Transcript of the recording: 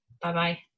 Bye-bye